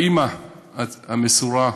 האימא המסורה,